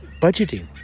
budgeting